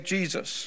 Jesus